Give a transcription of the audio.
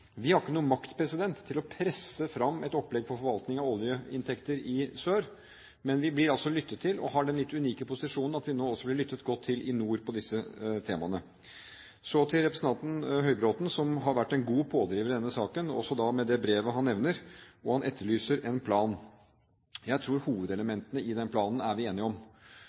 Vi har ikke noen makt til å presse fram et opplegg for forvaltning av oljeinntekter i sør, men vi blir altså lyttet til, og har den litt unike posisjonen at vi nå også blir lyttet godt til i nord når det gjelder disse temaene. Så til representanten Høybråten som har vært en god pådriver i denne saken, også med det brevet han nevner, hvor han etterlyser en plan. Jeg tror vi er helt enige om hovedelementene i den planen. Vi